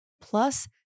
Plus